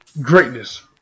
greatness